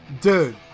Dude